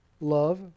love